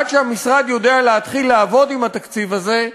עד שהמשרד יודע להתחיל לעבוד עם התקציב הזה,